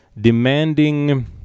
demanding